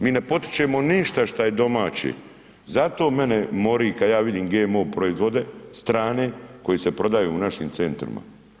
Mi ne potičemo ništa šta je domaće, zato mene mori kada ja vidim GMO proizvode, strane koji se prodaju u našim centrima.